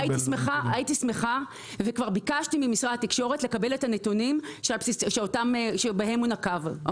הייתי שמחה וכבר ביקשתי ממשרד התקשורת לקבל את הנתונים שבהם הוא נקב,